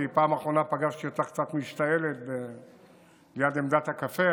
כי בפעם האחרונה פגשתי אותך קצת משתעלת ליד עמדת הקפה.